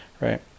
right